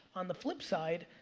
on the flip side,